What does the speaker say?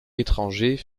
étrangers